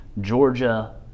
Georgia